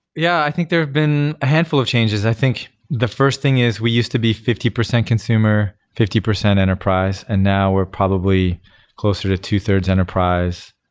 yeah, i think there have been a handful of changes. i think the first thing is we used to be fifty percent consumer, fifty percent enterprise and now we're probably closer to two-thirds enterprise,